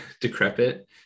decrepit